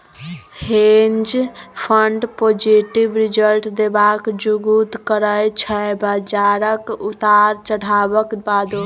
हेंज fund positive result देबाक जुगुत करय छै बजारक उतार चढ़ाबक बादो